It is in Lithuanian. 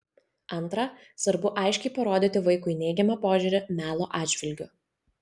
antra svarbu aiškiai parodyti vaikui neigiamą požiūrį melo atžvilgiu